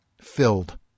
Filled